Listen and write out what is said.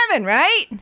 right